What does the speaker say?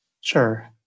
Sure